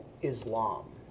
Islam